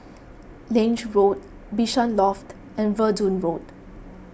Lange Road Bishan Loft and Verdun Road